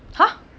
!huh!